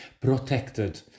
protected